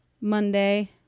Monday